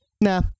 nah